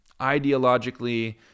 ideologically